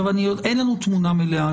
אין לנו תמונה מלאה,